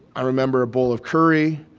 i remember a bowl of curry.